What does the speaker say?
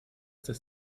dass